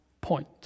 point